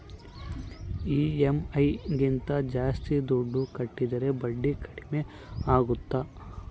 EMI ಗಿಂತ ಜಾಸ್ತಿ ದುಡ್ಡು ಕಟ್ಟಿದರೆ ಬಡ್ಡಿ ಕಡಿಮೆ ಆಗುತ್ತಾ?